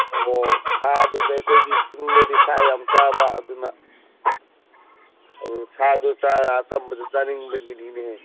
ꯑꯣ ꯁꯥꯗꯨꯗꯤ ꯑꯩꯈꯣꯏꯒꯤ ꯆꯤꯡꯗꯗꯤ ꯁꯥ ꯌꯥꯝ ꯆꯥꯕ ꯑꯗꯨꯅ ꯁꯥꯗꯨ ꯆꯥꯔ ꯑꯆꯝꯕꯗꯨ ꯆꯥꯅꯤꯡꯕꯒꯤꯅꯤꯅꯦꯍꯤ